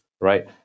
right